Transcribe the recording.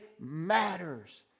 matters